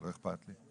לא אכפת לי.